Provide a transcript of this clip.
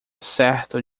certo